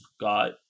got